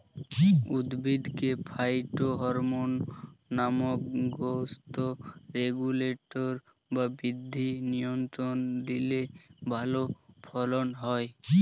উদ্ভিদকে ফাইটোহরমোন নামক growth regulator বা বৃদ্ধি নিয়ন্ত্রক দিলে ভালো ফলন হয়